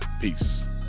Peace